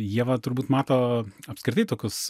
ieva turbūt mato apskritai tokius